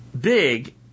big